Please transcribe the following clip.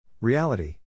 Reality